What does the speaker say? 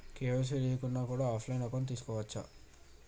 KYC లేకుండా కూడా offline account తీసుకోవచ్చా?